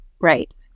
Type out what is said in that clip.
Right